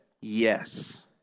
Yes